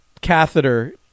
catheter